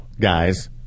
guys